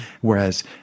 Whereas